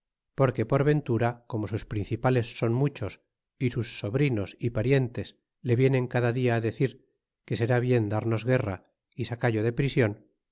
porque por ventura como sus principales son muchos y sus sobrinos y parientes le vienen cada dia decir que será bien darnos guerra y sacallo de prision